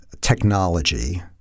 Technology